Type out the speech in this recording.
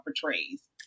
portrays